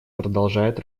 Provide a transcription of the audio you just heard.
продолжает